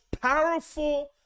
powerful